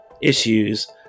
issues